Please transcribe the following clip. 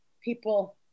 people